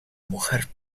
mujer